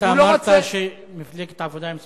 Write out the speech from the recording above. אתה אמרת שמפלגת העבודה הם סמרטוטים?